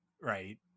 right